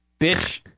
bitch